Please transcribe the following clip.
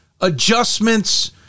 adjustments